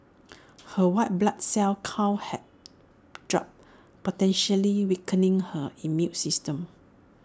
her white blood cell count had dropped potentially weakening her immune system